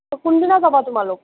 কোন দিনা যাবা তোমালোক